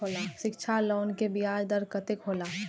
शिक्षा लोन के ब्याज दर कतेक हौला?